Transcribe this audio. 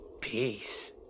Peace